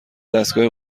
دستگاه